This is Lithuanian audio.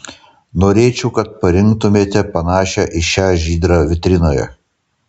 norėčiau kad parinktumėte panašią į šią žydrą vitrinoje